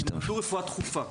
הם למדו רפואה דחופה.